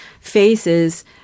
faces